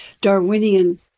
Darwinian